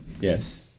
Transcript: Yes